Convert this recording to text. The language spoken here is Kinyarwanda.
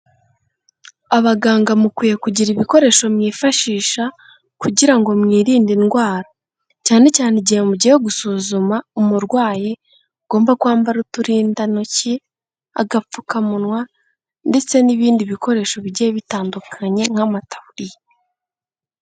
Abaganga mukwiye kugira ibikoresho mwifashisha kugira ngo mwirinde indwara. Cyane cyane igihe mugiye gusuzuma umurwayi, mugomba kwambara uturindantoki, agapfukamunwa, ndetse n'ibindi bikoresho bigiye bitandukanye nk'amataburiya.